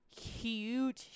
Huge